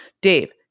Dave